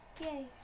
Yay